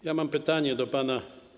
Ja mam pytanie do pana.